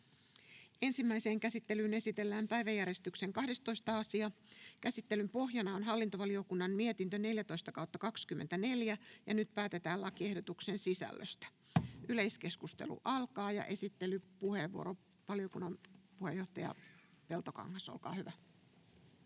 Ensimmäiseen käsittelyyn esitellään päiväjärjestyksen 12. asia. Käsittelyn pohjana on hallintovaliokunnan mietintö HaVM 14/2024 vp. Nyt päätetään lakiehdotuksen sisällöstä. — Yleiskeskustelu alkaa. Esittelypuheenvuoro, valiokunnan puheenjohtaja Peltokangas, olkaa hyvä.